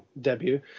debut